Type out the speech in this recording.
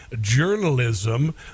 journalism